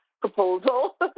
Proposal